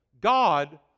God